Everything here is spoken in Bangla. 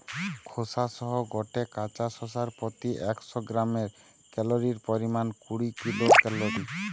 খোসা সহ গটে কাঁচা শশার প্রতি একশ গ্রামে ক্যালরীর পরিমাণ কুড়ি কিলো ক্যালরী